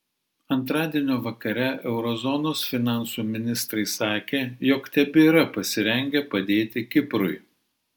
antradienio vakare euro zonos finansų ministrai sakė jog tebėra pasirengę padėti kiprui